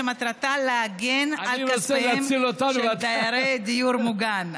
שמטרתה להגן על כספיהם של דיירי הדיור המוגן.